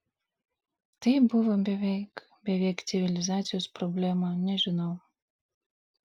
tai buvo beveik beveik civilizacijos problema nežinau